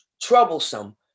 troublesome